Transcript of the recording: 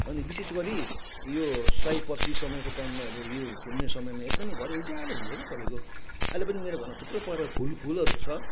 अनि विशेष गरी यो सयपत्री समयको टाइममा अब यो फुल्ने समयमा एकदमै घरै उज्यालो हुन्छ के तपाईँको अहिले पनि मेरो घरमा थुप्रो प्रकारको फुल फुलहरू छ